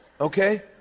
Okay